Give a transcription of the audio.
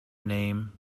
name